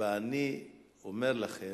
ואני אומר לכם,